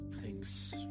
Thanks